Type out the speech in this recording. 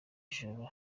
joro